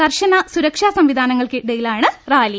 കർശന സുരക്ഷാ സംവിധാനങ്ങൾക്കിടയിലാണ് റാലി